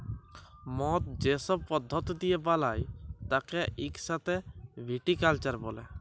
মদ যে সব পদ্ধতি দিয়ে বালায় তাকে ইক সাথে ভিটিকালচার ব্যলে